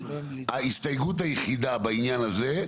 ההסתייגות היחידה בעניין הזה,